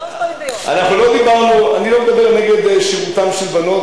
אני לא מדבר נגד שירותן של בנות,